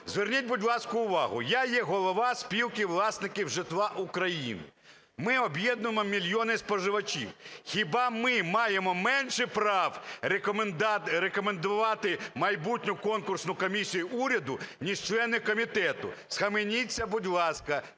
Зверніть, будь ласка, увагу, я є голова Спілки власників житла України. Ми об'єднуємо мільйони споживачів. Хіба ми маємо менше прав рекомендувати майбутню конкурсну комісію уряду ніж члени комітету? Схаменіться, будь ласка.